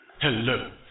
hello